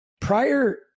prior